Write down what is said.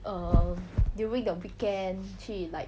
err during the weekend 去 like